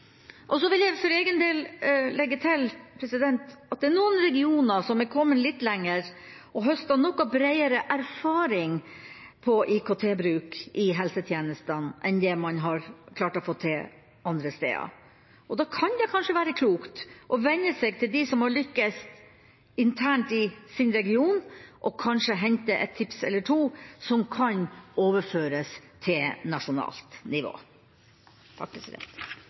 mfl. Så vil jeg for egen del legge til at det er noen regioner som har kommet litt lenger og har høstet noe breiere erfaring fra IKT-bruk i helsetjenestene enn det man har klart å få til andre steder. Da kan det kanskje være klokt å vende seg til dem som har lyktes internt i sin region, og kanskje hente et tips eller to som kan overføres til nasjonalt nivå.